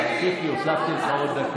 את החיבור של העם היהודי לארץ ישראל,